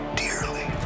dearly